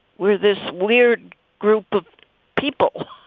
we're this weird group of people,